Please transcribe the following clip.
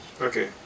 okay